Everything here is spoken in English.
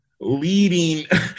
leading